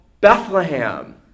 Bethlehem